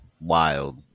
Wild